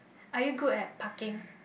are you good at parking